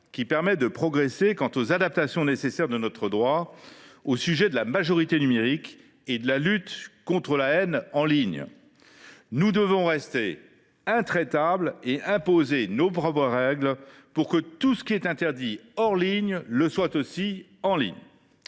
qui permet de progresser dans les adaptations nécessaires de notre droit au sujet de la majorité numérique et de la lutte contre la haine en ligne. Nous devons rester intraitables et imposer nos propres règles : tout ce qui est interdit hors ligne doit l’être